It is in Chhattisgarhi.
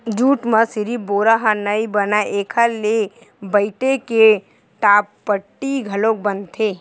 जूट म सिरिफ बोरा ह नइ बनय एखर ले बइटे के टाटपट्टी घलोक बनथे